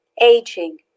Aging